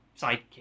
sidekick